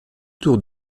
tour